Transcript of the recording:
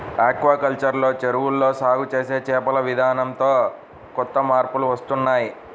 aquaculture లో చెరువుల్లో సాగు చేసే చేపల విధానంతో కొత్త మార్పులు వస్తున్నాయ్